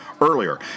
earlier